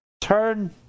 turn